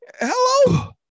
Hello